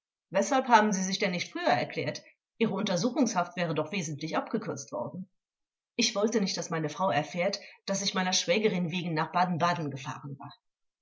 weshalb haben sie sich denn nicht früher erklärt ihre untersuchungshaft wäre doch wesentlich abgekürzt worden angekl ich wollte nicht daß meine frau erfährt daß ich meiner schwägerin wegen nach baden-baden gefahren war